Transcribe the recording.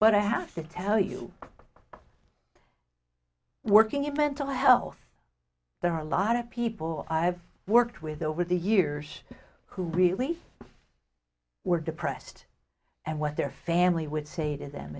but i have to tell you working at mental health there are a lot of people i've worked with over the years who really we're depressed and what their family would say to them